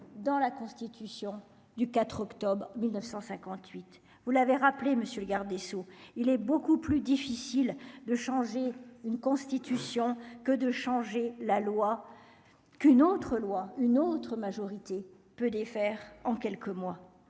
dans la Constitution du 4 octobre 1958 vous l'avez rappelé monsieur le garde des Sceaux, il est beaucoup plus difficile de changer une Constitution que de changer la loi, qu'une autre loi, une autre majorité peut défaire en quelques mois